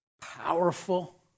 powerful